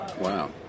Wow